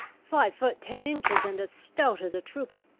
five foot ten inches, and as stout as a trooper.